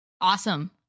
awesome